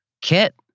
kit